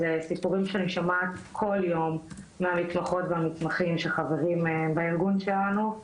זה סיפורים שאני שומעת כל יום מהמתמחות והמתמחים שחברים בארגון שלנו.